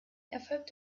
erfolgt